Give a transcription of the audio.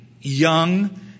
young